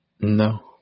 No